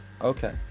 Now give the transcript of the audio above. okay